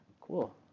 cool